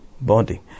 body